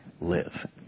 live